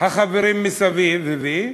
החברים מסביב הביא?